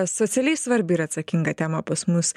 socialiai svarbi ir atsakinga tema pas mus